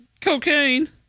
Cocaine